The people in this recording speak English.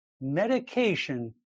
medication